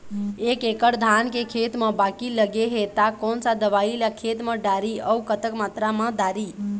एक एकड़ धान के खेत मा बाकी लगे हे ता कोन सा दवई ला खेत मा डारी अऊ कतक मात्रा मा दारी?